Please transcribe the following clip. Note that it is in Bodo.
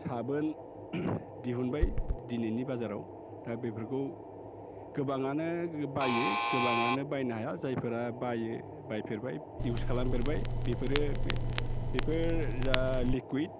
साबोन दिहुनबाय दिनैनि बाजाराव दा बेफोरखौ गोबाङानो बायो गोबाङानो बायनो हाया जायफोरा बायो बायफेरबाय इउज खालामफेरबाय बेफोरो बेफोर जा लिक्युइड